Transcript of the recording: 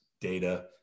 data